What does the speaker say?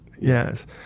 Yes